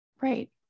Right